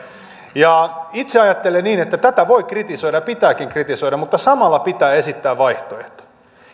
itse ajattelen niin että tätä voi kritisoida ja pitääkin kritisoida mutta samalla pitää esittää vaihtoehto